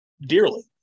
dearly